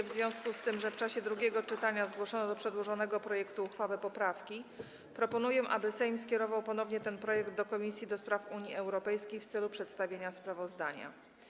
W związku z tym, że w czasie drugiego czytania zgłoszono do przedłożonego projektu uchwały poprawki, proponuję, aby Sejm ponownie skierował ten projekt do Komisji do Spraw Unii Europejskiej w celu przedstawienia sprawozdania.